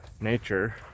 nature